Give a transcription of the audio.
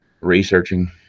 researching